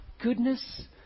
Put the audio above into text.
goodness